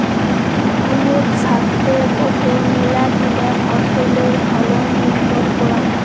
ভুঁইয়ত ছাস্থের ওপর মেলাগিলা ফছলের ফলন নির্ভর করাং